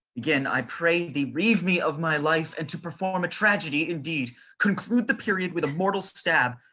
begin i pray thee, reave me of my life and to perform a tragedy indeed, conclude the period with a mortal stab.